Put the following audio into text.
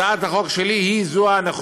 הצעת החוק שלי היא הנכונה,